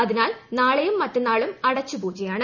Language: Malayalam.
അതിനാൽ നാളെയും മറ്റെന്നാളും അടച്ചു പൂജയാണ്